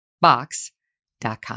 box.com